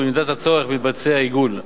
ובמידת הצורך מתבצע עיגול,